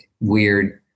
weird